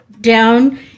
down